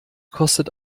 kostet